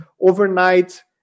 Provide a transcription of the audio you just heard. overnight